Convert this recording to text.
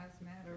Matter